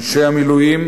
אנשי המילואים,